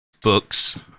books